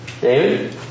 David